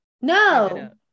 No